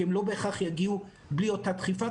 כי הם לא בהכרח יגיעו בלי אותה דחיפה,